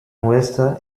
ouest